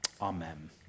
amen